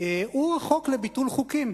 הוא חוק לביטול חוקים.